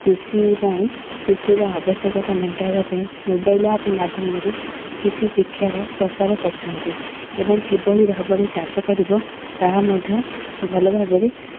କୃଷି ପାଇଁ କୃଷିର ଆବଶ୍ୟକତା ମେଣ୍ଟାଇବା ପାଇଁ ମୋବାଇଲ୍ ଆପ୍ ମାଧ୍ୟମରେ କିଛି ଶିକ୍ଷାର ପ୍ରସାର କରିଛନ୍ତି ଏବଂ କିଭଳି ଭାବରେ ଚାଷ କରିବ ତାହା ମଧ୍ୟ ଭଲ ଭାବରେ